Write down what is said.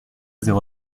zéro